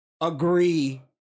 agree